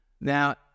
now